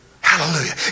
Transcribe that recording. Hallelujah